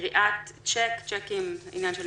גריעת שיק לעניין